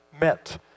meant